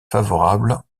favorable